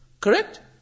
Correct